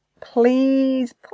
Please